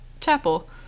chapel